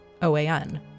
OAN